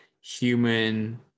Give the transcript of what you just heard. human